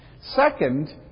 Second